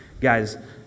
guys